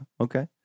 Okay